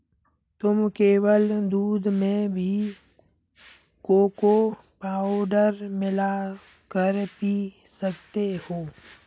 तुम केवल दूध में भी कोको पाउडर मिला कर पी सकते हो